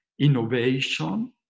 innovation